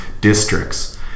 districts